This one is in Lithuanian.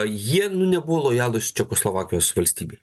jie nu nebuvo lojalūs čekoslovakijos valstybei